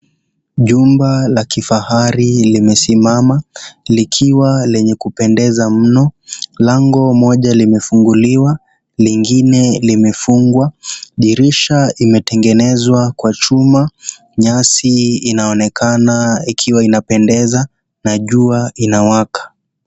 Chumba la kifahari limesimama, likiwa lenye kupendeza mno. Lango moja limefunguliwa, lingine limefungwa. Dirisha imetengenezwa kwa chuma. Nyasi inaonekana ikiwa inapendeza, na jua inawaka.